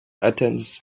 attends